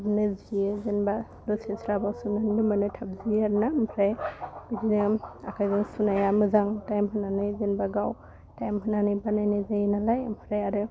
थाबनो जियो जेनबा दसे स्राबाव सोमनानै दोनबानो थाब जियो आरो ना आमफ्राय बिदिनो आखाइजों सुनाया मोजां टाइम होनानै जेनबा गाव टाइम होनानै बानायनाय जायो नालाइ आमफ्राय आरो